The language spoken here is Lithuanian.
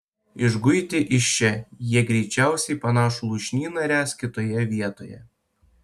išguiti iš čia jie greičiausiai panašų lūšnyną ręs kitoje vietoje